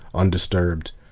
undisturbed,